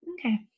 Okay